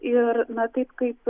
ir na taip kaip